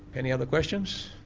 any other questions?